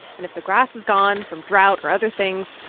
and if the grass is gone from drought or other things,